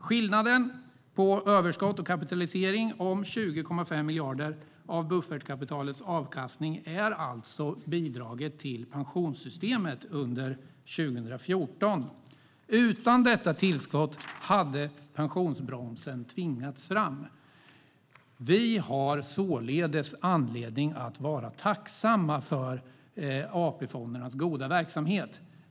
Skillnaden mellan överskott och kapitalisering om 20,5 miljarder av buffertkapitalets avkastning är alltså bidraget till pensionssystemet under 2014. Utan detta tillskott hade pensionsbromsen tvingats fram. Vi har således anledning att vara tacksamma för AP-fondernas goda verksamhet.